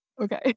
okay